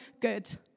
good